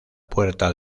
puerta